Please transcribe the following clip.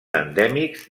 endèmics